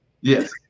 Yes